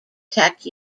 tech